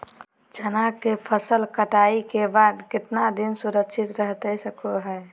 चना की फसल कटाई के बाद कितना दिन सुरक्षित रहतई सको हय?